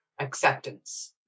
acceptance